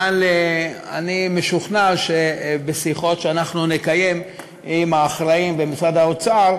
אבל אני משוכנע שבשיחות שאנחנו נקיים עם האחראים במשרד האוצר,